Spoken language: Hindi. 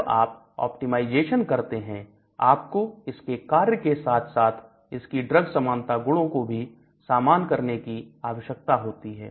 जब आप ऑप्टिमाइजेशन करते हैं आपको इसके कार्य के साथ साथ इसकी ड्रग समानता गुणों को भी सामान करने की आवश्यकता होती है